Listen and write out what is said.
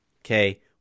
Okay